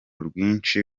rwinshi